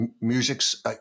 music's